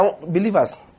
believers